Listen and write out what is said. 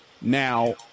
Now